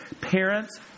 Parents